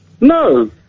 No